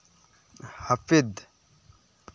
ᱦᱟᱹᱯᱤᱫ